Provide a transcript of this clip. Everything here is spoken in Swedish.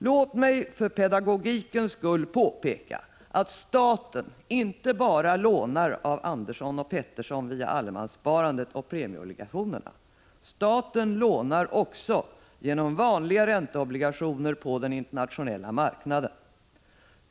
Låt mig för pedagogikens skull påpeka att staten inte bara lånar av Andersson och Pettersson via allemanssparandet och premieobligationerna. Staten lånar också genom vanliga ränteobligationer och på den internationella marknaden.